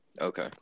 okay